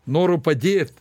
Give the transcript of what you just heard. noru padėt